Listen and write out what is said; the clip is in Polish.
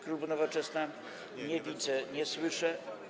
Klubu Nowoczesna nie widzę, nie słyszę.